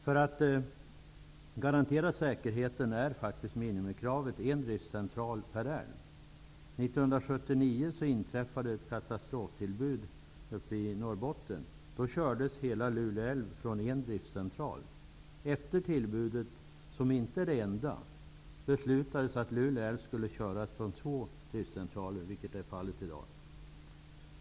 För att garantera säkerheten är minimikravet en driftcentral per älv. 1979 inträffade ett katastroftillbud uppe i Norrbotten. Då kördes hela Lule älv från en driftcentral. Efter tillbudet, som inte är det enda, beslutades att Lule älv skulle köras från två driftcentraler, vilket är fallet i dag.